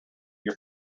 your